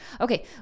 Okay